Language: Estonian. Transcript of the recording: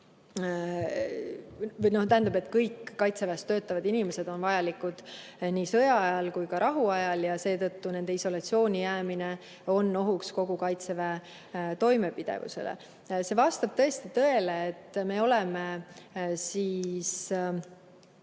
töötavad. Kõik Kaitseväes töötavad inimesed on vajalikud nii sõjaajal kui ka rahuajal ja seetõttu nende isolatsiooni jäämine on ohuks kogu Kaitseväe toimepidevusele. Vastab tõesti tõele, et me oleme